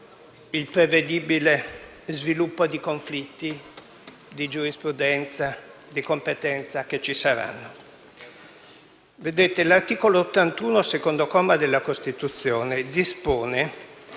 il prevedibile sviluppo dei conflitti di giurisprudenza e di competenza che ci saranno. Vedete, l'articolo 81, secondo comma, della Costituzione dispone: